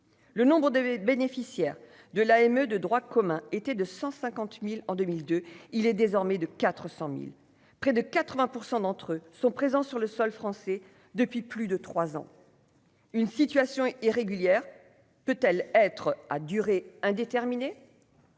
le nombre des bénéficiaires de l'AME de droit commun était de 150000 en 2002 il est désormais de 400000 près de 80 % d'entre eux sont présents sur le sol français depuis plus de 3 ans, une situation irrégulière peut-elle être à durée indéterminée.